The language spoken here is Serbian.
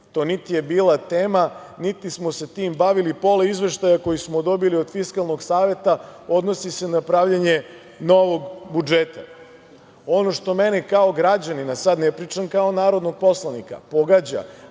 to niti je bila tema, niti smo se time bavili, pola izveštaja koje smo dobili od Fiskalnog saveta odnosi se na pravljenje novog budžeta. Ono što mene kao građanina, sada ne pričam kao narodnog poslanika, pogađa,